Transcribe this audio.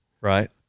right